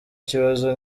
ikibazo